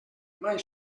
mai